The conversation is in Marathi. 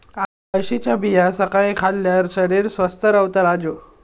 अळशीच्या बिया सकाळी खाल्ल्यार शरीर स्वस्थ रव्हता राजू